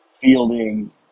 fielding